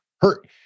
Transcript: hurt